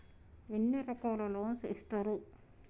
ఎన్ని రకాల లోన్స్ ఇస్తరు?